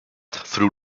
through